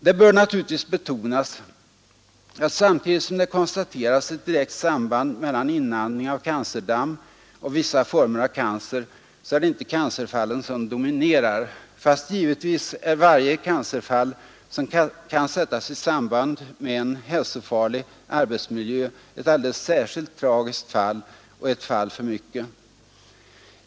Det bör naturligtvis betonas att samtidigt som det konstaterats ett direkt samband mellan inandning av asbestdamm och vissa former av cancer, så är det inte cancerfallen som dominerar. Fast givetvis är varje cancerfall som kan sättas i samband med en hälsofarlig arbetsmiljö ett alldeles särskilt tragiskt fall och ett fall för mycket.